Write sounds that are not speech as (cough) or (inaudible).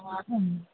(unintelligible)